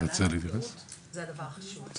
העלאת מודעות זה דבר חשוב.